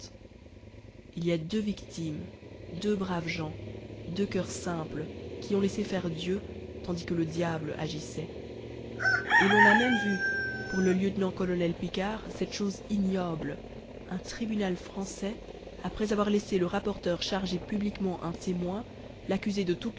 il y a deux victimes deux braves gens deux coeurs simples qui ont laissé faire dieu tandis que le diable agissait et l'on a même vu pour le lieutenant-colonel picquart cette chose ignoble un tribunal français après avoir laissé le rapporteur charger publiquement un témoin l'accuser de